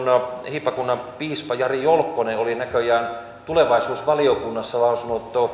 hiippakunnan piispa jari jolkkonen oli näköjään tulevaisuusvaliokunnassa lausunut